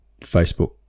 Facebook